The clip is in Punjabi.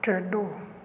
ਖੇਡੋ